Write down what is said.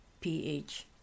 pH